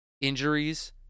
injuries